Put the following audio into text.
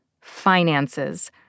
Finances